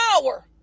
power